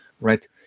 right